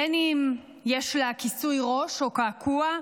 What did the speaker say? בין שיש לה כיסוי ראש או קעקוע,